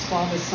Father